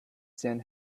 same